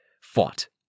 fought